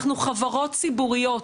אנחנו חברות ציבוריות,